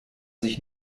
sich